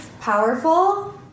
powerful